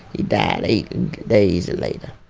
he died eight days later